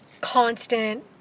constant